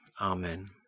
Amen